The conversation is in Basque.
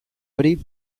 hori